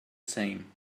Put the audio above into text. same